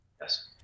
Yes